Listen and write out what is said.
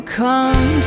come